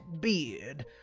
beard